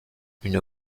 une